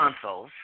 consoles